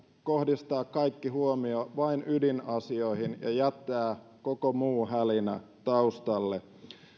kohdistaa kaikki huomio vain ydinasioihin ja jättää koko muu hälinä taustalle